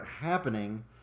happening